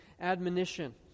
admonition